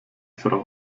frau